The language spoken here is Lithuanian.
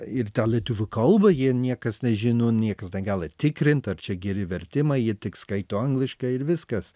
ir tą lietuvių kalbą jie niekas nežino niekas negali tikrint ar čia geri vertimai jie tik skaito angliškai ir viskas